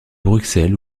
bruxelles